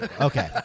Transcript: Okay